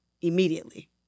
immediately